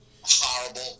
Horrible